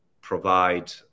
provide